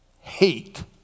hate